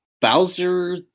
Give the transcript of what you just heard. Bowser